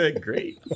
great